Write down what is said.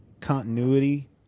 continuity